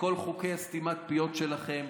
וכל חוקי סתימת הפיות שלכם,